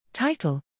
title